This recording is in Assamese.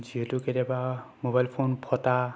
যিহেতু কেতিয়াবা মোবাইল ফোন ফটা